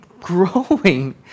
growing